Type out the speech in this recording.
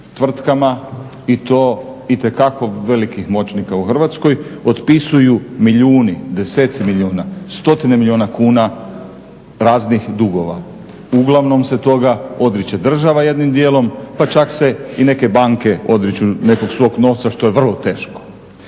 tvrtkama i to itekako velikih moćnika u Hrvatskoj otpisuju milijuni, deseci milijuna, stotine milijuna kuna raznih dugova. Uglavnom se toga odriče država jednim dijelom, pa čak se i neke banke odriču nekog svog novca što je vrlo teško.